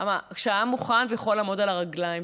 ויכול לעמוד על הרגליים,